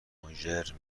مژر